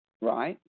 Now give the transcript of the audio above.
right